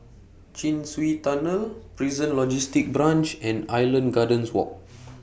Chin Swee Tunnel Prison Logistic Branch and Island Gardens Walk